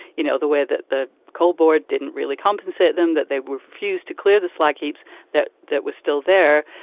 you know, the way that the coal board didn't really compensate them, that they were fused to clear this like heaps that that was still there,